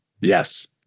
Yes